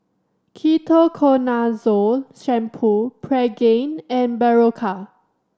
Ketoconazole Shampoo Pregain and Berocca